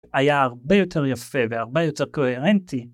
היה הרבה יותר יפה והרבה יותר קוהרנטי